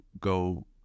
go